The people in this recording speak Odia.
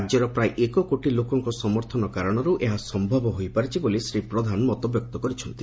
ରାଜ୍ୟର ପ୍ରାୟ ଏକକୋଟି ଲୋକଙ୍କ ସମର୍ଥନ କାରଣରୁ ଏହା ସମ୍ଭବ ହୋଇପାରିଛି ବୋଲି ଶ୍ରୀ ପ୍ରଧାନ ମତବ୍ୟକ୍ତ କରିଛନ୍ତି